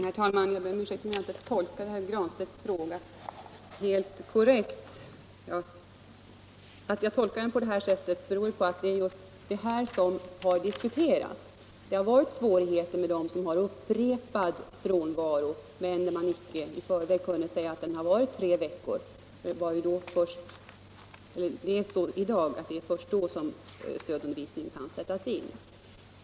Herr talman! Jag ber om ursäkt om jag inte tolkat herr Granstedts fråga helt korrekt. Att jag tolkar den på det här sättet beror på att det är just detta som har förekommit i diskussionen, nämligen svårigheterna för dem som haft upprepad frånvaro, men där man inte i förväg kunnat säga att den skulle bli minst tre veckor, att få del av särskild undervisning. Det är så i dag att det är först då som undervisning i hemmet kan sättas in.